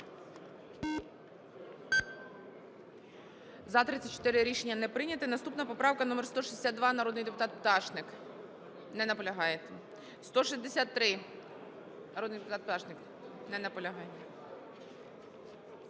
За-34 Рішення не прийнято. Наступна поправка - номер 162, народний депутат Пташник. Не наполягаєте. 163, народний депутат Пташник. Не наполягає.